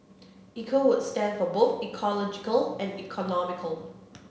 Eco would stand for both ecological and economical